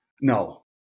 No